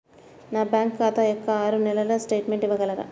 నా బ్యాంకు ఖాతా యొక్క ఆరు నెలల స్టేట్మెంట్ ఇవ్వగలరా?